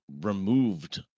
removed